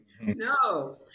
No